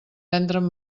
entren